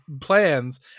plans